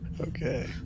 Okay